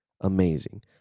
amazing